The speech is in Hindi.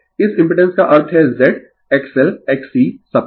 इस इम्पिडेंस का अर्थ है ZXLXC सब कुछ